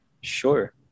Sure